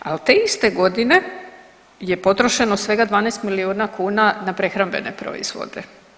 Ali te iste godine je potrošeno svega 12 miliona kuna na prehrambene proizvode.